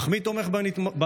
אך מי תומך בתומכים?